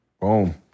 Boom